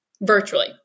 virtually